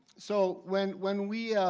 so when when we